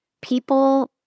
people